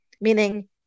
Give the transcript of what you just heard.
Meaning